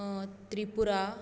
Tripura